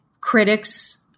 critics